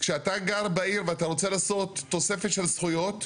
כשאתה גר בעיר ואתה רוצה לעשות תוספת של זכויות,